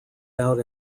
out